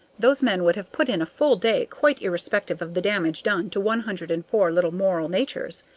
those men would have put in a full day, quite irrespective of the damage done to one hundred and four little moral natures.